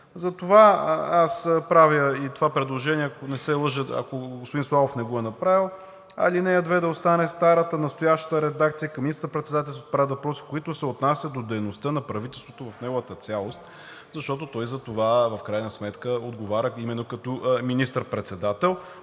Затова аз правя и това предложение, ако господин Славов не го е направил, в ал. 2 да остане старата, настоящата редакция: „към министър-председателя се отправят въпроси, които се отнасят до дейността на правителството в неговата цялост“. Защото той затова в крайна сметка отговаря именно като министър-председател,